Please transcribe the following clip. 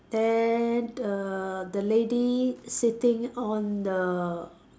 then err the lady sitting on the